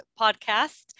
podcast